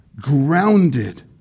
grounded